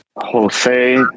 Jose